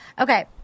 Okay